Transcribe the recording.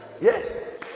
yes